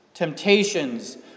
temptations